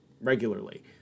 regularly